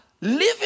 living